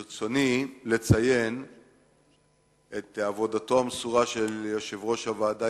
ברצוני לציין את עבודתו המסורה של יושב-ראש הוועדה,